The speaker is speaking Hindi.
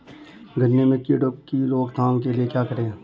गन्ने में कीड़ों की रोक थाम के लिये क्या करें?